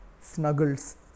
snuggles